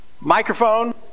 Microphone